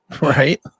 Right